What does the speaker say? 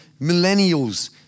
Millennials